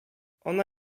ona